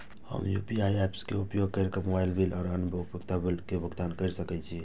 हम UPI apps के उपयोग केर के मोबाइल बिल और अन्य उपयोगिता बिल के भुगतान केर सके छी